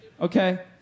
Okay